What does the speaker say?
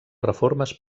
reformes